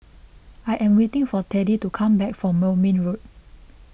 I am waiting for Teddie to come back from Moulmein Road